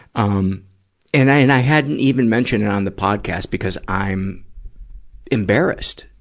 um and i, and i hadn't even mentioned it on the podcast, because i'm embarrassed.